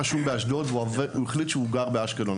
אותו אדם היה גר באשדוד והחליט שהוא עובר לאשקלון,